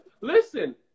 Listen